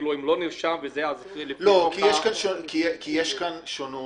כי יש פה שונות.